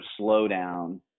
slowdown